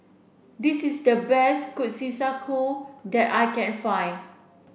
this is the best Kushikatsu that I can find